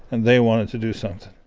and they wanted to do something